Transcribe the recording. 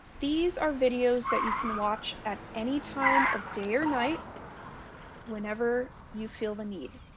these are videos that you can watch at any time of day or night whenever you feel the need.